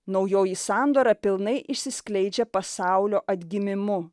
naujoji sandora pilnai išsiskleidžia pasaulio atgimimu